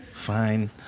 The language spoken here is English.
Fine